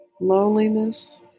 loneliness